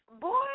Boy